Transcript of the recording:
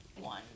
one